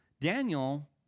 Daniel